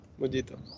mudita